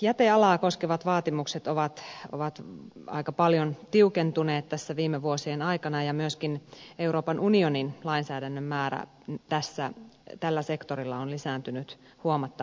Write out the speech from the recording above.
jätealaa koskevat vaatimukset ovat aika paljon tiukentuneet viime vuosien aikana ja myöskin euroopan unionin lainsäädännön määrä tällä sektorilla on lisääntynyt huomattavasti